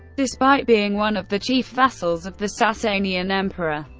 despite being one of the chief vassals of the sasanian emperor,